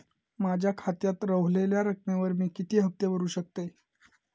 माझ्या खात्यात रव्हलेल्या रकमेवर मी किती हफ्ते भरू शकतय?